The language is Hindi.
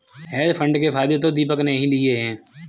हेज फंड के फायदे तो दीपक ने ही लिए है